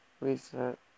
Reset